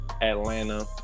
Atlanta